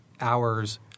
hours